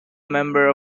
member